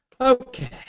Okay